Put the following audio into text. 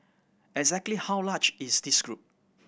exactly how large is this group